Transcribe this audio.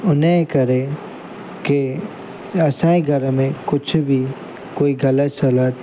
हुन जे करे की असांजे घर में कुझ बि कोई ग़लति शलत